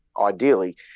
Ideally